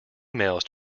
emails